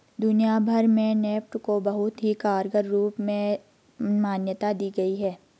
दुनिया भर में नेफ्ट को बहुत ही कारगर रूप में मान्यता दी गयी है